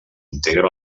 integren